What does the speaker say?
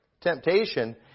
temptation